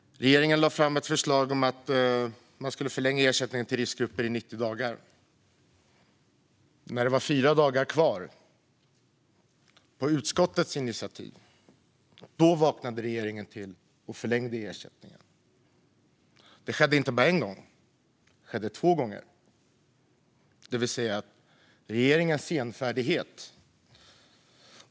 Regeringen lade fram ett förslag om att förlänga ersättningen till riskgrupper i 90 dagar. När det var fyra dagar kvar vaknade regeringen till och förlängde ersättningen, på utskottets initiativ. Detta skedde inte bara en gång utan två gånger, det vill säga att regeringen var senfärdig.